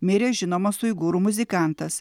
mirė žinomas uigūrų muzikantas